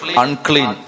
unclean